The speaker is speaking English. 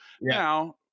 now